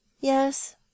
Yes